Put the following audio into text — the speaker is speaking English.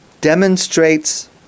demonstrates